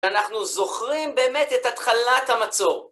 אנחנו זוכרים באמת את התחלת המצור.